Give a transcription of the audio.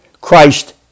Christ